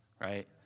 right